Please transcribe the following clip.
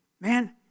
man